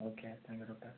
okay thank you doctor